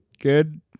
good